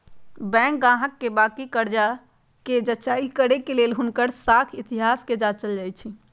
bank गाहक के बाकि कर्जा कें जचाई करे के लेल हुनकर साख इतिहास के जाचल जाइ छइ